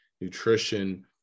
nutrition